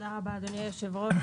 תודה רבה, אדוני היושב-ראש.